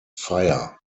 fire